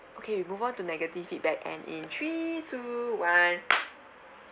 okay move on to negative feedback and in three two one